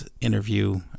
interview